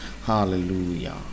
hallelujah